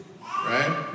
Right